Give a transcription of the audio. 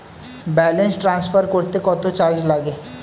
Balance transfer করতে কত charge লাগে?